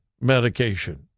medication